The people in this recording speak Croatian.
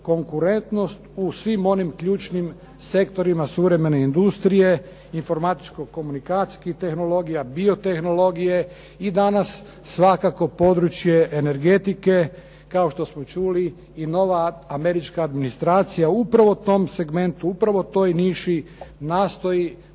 konkurentnost u svim onim ključnim sektorima suvremene industrije, informatičko-komunikacijskih tehnologija, biotehnologije i danas, svakako područje energetike. Kao što smo čuli i nova američka administracija upravo u tom segmentu, upravo toj niši nastoji